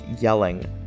yelling